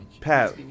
Pat